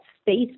space